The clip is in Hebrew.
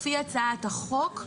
לפי הצעת החוק,